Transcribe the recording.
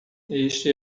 este